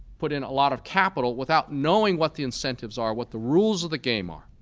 put in a lot of capital without knowing what the incentives are, what the rules of the game are.